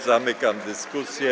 Zamykam dyskusję.